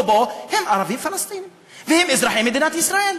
פה הם ערבים-פלסטינים והם אזרחי מדינת ישראל?